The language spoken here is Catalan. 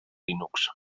linux